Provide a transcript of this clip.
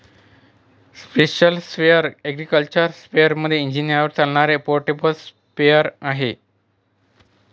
special sprayer agriculture स्पेअरमध्ये इंजिनावर चालणारे पोर्टेबल स्प्रेअर आहे